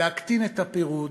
להקטין את הפירוד,